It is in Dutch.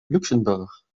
luxemburg